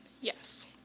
Yes